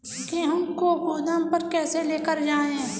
गेहूँ को गोदाम पर कैसे लेकर जाएँ?